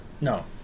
No